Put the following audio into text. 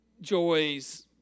Joy's